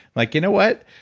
like you know what?